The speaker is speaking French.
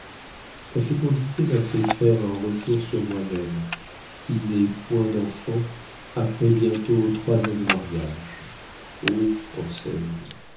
ta fécondité m'a fait faire un retour sur moi-même qui n'ai point d'enfants après bientôt trois ans de mariage